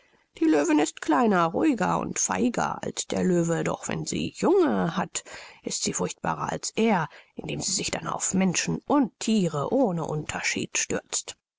die löwin ist kleiner ruhiger und feiger als der löwe doch wenn sie junge hat ist sie furchtbarer als er indem sie sich dann auf menschen und thiere ohne unterschied stürzt